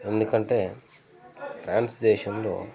ఎందుకంటే ఫ్రాన్స్ దేశంలో